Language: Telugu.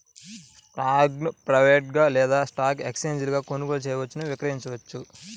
స్టాక్ను ప్రైవేట్గా లేదా స్టాక్ ఎక్స్ఛేంజీలలో కొనుగోలు చేయవచ్చు, విక్రయించవచ్చు